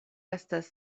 estas